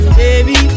baby